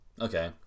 okay